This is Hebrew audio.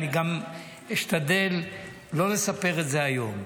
אני גם אשתדל לא לספר את זה היום.